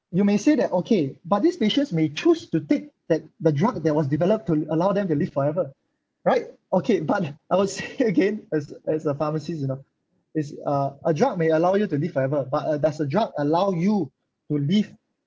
you may say that okay but these patients may choose to take that the drug that was developed to allow them to live forever right okay but I would say again as as a pharmacist you know is a a drug may allow you to live forever but uh does a drug allow you to live